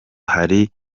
hari